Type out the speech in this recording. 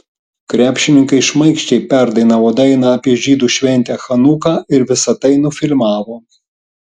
krepšininkai šmaikščiai perdainavo dainą apie žydų šventę chanuką ir visa tai nufilmavo